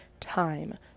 time